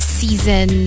season